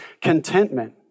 contentment